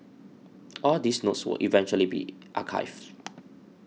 all these notes will eventually be archived